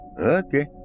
Okay